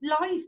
life